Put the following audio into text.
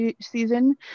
season